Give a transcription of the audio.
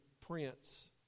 Prince